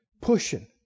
Pushing